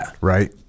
right